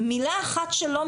ומילה אחת שלו,